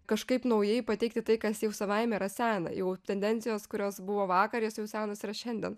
kažkaip naujai pateikti tai kas jau savaime yra sena jau tendencijos kurios buvo vakar jas jau senos yra šiandien